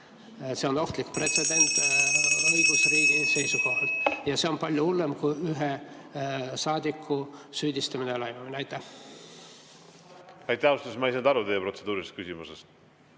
See on ohtlik pretsedent õigusriigi seisukohalt. Ja see on palju hullem kui ühe saadiku süüdistamine ja laimamine. Aitäh! Ausalt öeldes ma ei saanud aru teie protseduurilisest küsimusest.